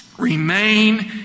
Remain